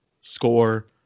score